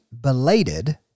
belated